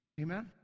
Amen